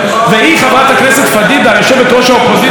יושבת-ראש האופוזיציה היום הייתה נץ.